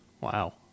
Wow